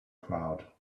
crowd